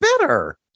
better